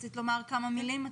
רצית לומר כמה מילים.